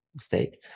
state